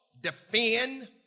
defend